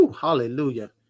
Hallelujah